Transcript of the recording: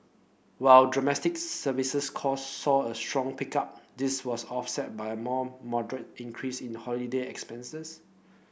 while domestic services cost saw a strong pickup this was offset by a more moderate increase in holiday expenses